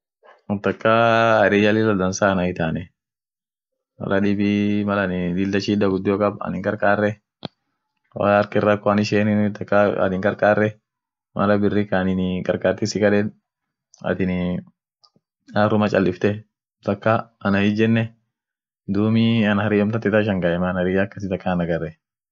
Singaoni ada biri kabd ada ishian tok taa shereeat sheree toko ta jirtuu chines new year yedeni depavalia iyo saumu ramadhan sagale ishianii biriia sagale ishin nyaatu sagale taa.duranii taa inama durani aboti ishia taa durani nyatu sun nyati iyo amine tabine tabb biriit jiraa tabii kaa milati tatenisit jiraa kaa agriketinen hijiraai dumi amineni won tadibi taa jirtinen guya usafia.guya usafia aminen woninen woshmeno yeden amine naam adaa hiheshimnine hinkaben